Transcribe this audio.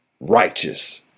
righteous